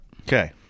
Okay